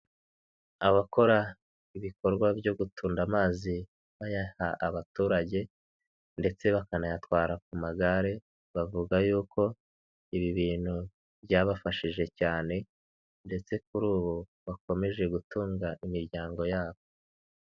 Abakora ibikorwa byo gutunda amazi bayaha abaturage ndetse bakanayatwara ku magare, bavuga y'uko ibi bintu byabafashije cyane ndetse kuri ubu bakomeje gutunga imiryango yabo.